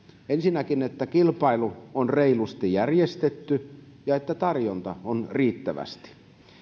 ensinnäkin että kilpailu on reilusti järjestetty ja että tarjontaa on riittävästi